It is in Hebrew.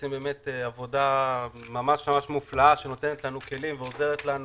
שעושים עבודה ממש מופלאה שנותנת לנו כלים ועוזרת לנו